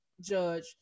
judge